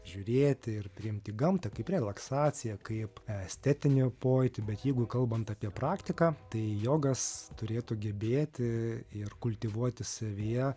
žiūrėti ir priimti gamtą kaip relaksaciją kaip estetinį pojūtį bet jeigu kalbant apie praktiką tai jogas turėtų gebėti ir kultivuoti savyje